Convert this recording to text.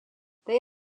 they